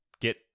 get